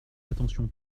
attention